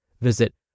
Visit